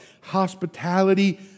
Hospitality